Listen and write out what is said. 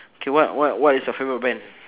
K what what what is your favourite brand